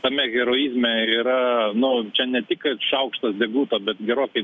tame herojizme yra nu čia ne tik kad šaukštas deguto bet gerokai